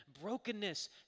brokenness